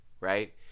right